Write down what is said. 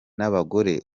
n’abagore